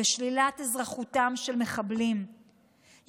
בשלילת אזרחותם של מחבלים,